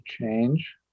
change